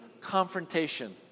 confrontation